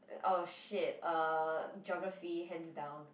oh shit uh geography hands down